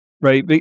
right